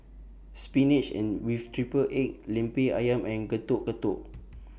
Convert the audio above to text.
Spinach and with Triple Rgg Lemper Ayam and Getuk Getuk